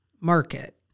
market